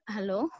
Hello